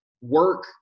work